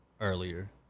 earlier